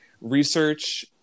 research